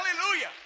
hallelujah